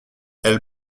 elle